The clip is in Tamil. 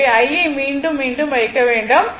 எனவே I யை மீண்டும் மீண்டும் வைக்க வேண்டாம்